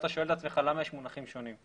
אתה שואל את עצמך למה יש מונחים שונים.